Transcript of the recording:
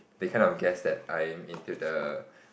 they cannot guess that I'm into the